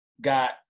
got